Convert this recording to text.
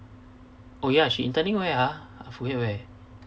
oh ya she interning where ah I forget where